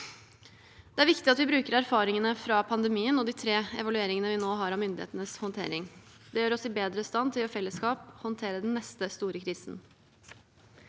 Det er viktig at vi bruker erfaringene fra pandemien og de tre evalueringene av myndighetenes håndtering vi nå har. Det gjør oss bedre i stand til i fellesskap å håndtere den neste store krisen.